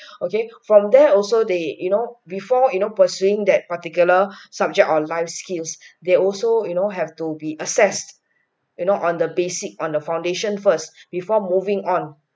okay from there also they you know before you know pursuing that particular subject or life skills they also you know have to be assessed you know on the basic on the foundation first before moving on